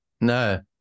No